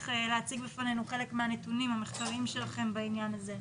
להציג בפנינו חלק מהנתונים מהמחקרים שלכם בעניין הזה.